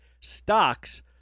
stocks